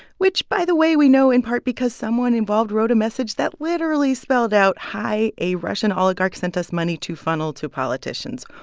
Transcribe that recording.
which, by the way, we know in part because someone involved wrote a message that literally spelled out, hi, a russian oligarch sent us money to funnel to politicians.